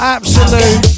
Absolute